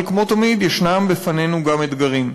אבל כמו תמיד, ישנם בפנינו גם אתגרים.